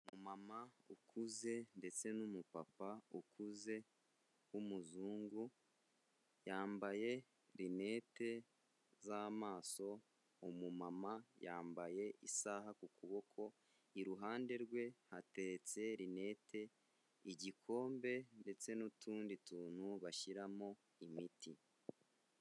Umumama ukuze ndetse n'umupapa ukuze w'umuzungu, yambaye rinete z'amaso, umumama yambaye isaha ku kuboko, iruhande rwe hateretse rinete, igikombe ndetse n'utundi tuntu bashyiramo imiti.